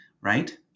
right